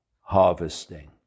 harvesting